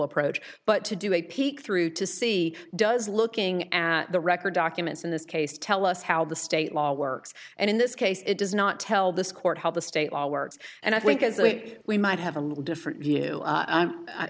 approach but to do a peek through to see does looking at the record documents in this case tell us how the state law works and in this case it does not tell this court how the state law works and i think as we might have a little different view